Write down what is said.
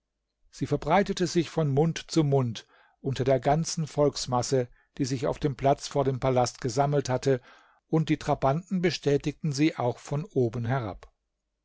sie verbreitete sich von mund zu mund unter der ganzen volksmasse die sich auf dem platz vor dem palast gesammelt hatte und die trabanten bestätigten sie auch von oben herab